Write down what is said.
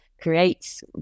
creates